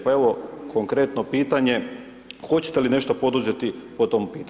Pa evo, konkretno pitanje, hoćete li nešto poduzeti po tom pitanju.